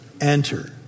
Enter